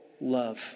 love